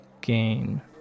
gain